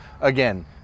again